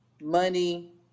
money